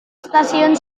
stasiun